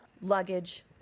luggage